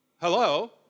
hello